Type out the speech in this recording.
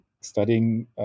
studying